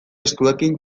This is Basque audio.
eskuekin